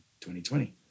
2020